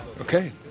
Okay